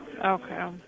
Okay